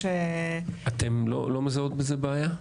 אתן לא מזהות בזה בעיה?